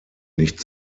nicht